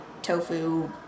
Tofu